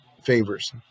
favors